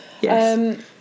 yes